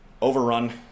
overrun